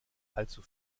allzu